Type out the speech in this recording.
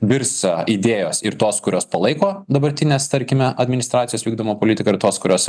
virs idėjos ir tos kurios palaiko dabartinės tarkime administracijos vykdomą politiką ir tos kurios